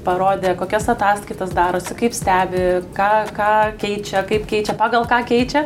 parodė kokias ataskaitas darosi kaip stebi ką ką keičia kaip keičia pagal ką keičia